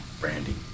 Brandy